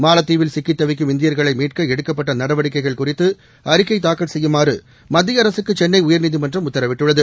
மாலத்தீவில் சிக்கித் தவிக்கும் இந்தியர்களை மீட்க எடுக்கப்பட்ட நடவடிக்கைகள் குறித்து அறிக்கை தாக்கல் செய்யுமாறு மத்திய அரசுக்கு சென்னை உயர்நீதிமன்றம் உத்தரவிட்டுள்ளது